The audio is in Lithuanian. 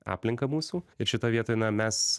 aplinką mūsų ir šitoj vietoj na mes